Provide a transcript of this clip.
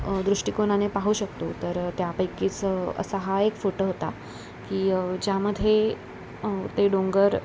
दृष्टिकोनाने पाहू शकतो तर त्यापैकीच असा हा एक फोटो होता की ज्यामध्ये ते डोंगर